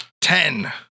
Ten